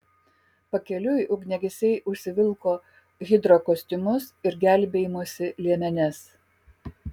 pakeliui ugniagesiai užsivilko hidrokostiumus ir gelbėjimosi liemenes